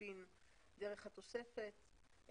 בעקיפין דרך התוספת.